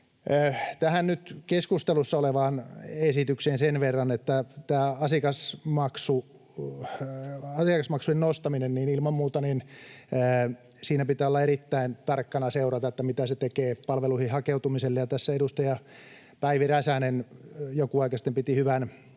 Tähän nyt keskustelussa olevaan esitykseen sen verran, että tässä asiakasmaksujen nostamisessa pitää ilman muuta olla erittäin tarkkana, seurata, mitä se tekee palveluihin hakeutumiselle. Tässä edustaja Päivi Räsänen jokin aika sitten piti hyvän puheenvuoron